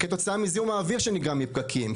כתוצאה מזיהום האוויר שנגרם מפקקים,